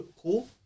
Cool